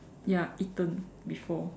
ya eaten before